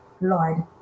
Lord